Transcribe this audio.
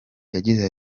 yagize